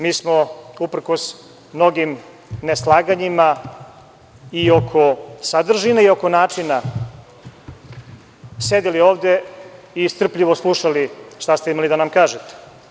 Mi smo uprkos mnogim neslaganjima i oko sadržine i oko načina sedeli ovde i strpljivo slušali šta ste imali da nam kažete.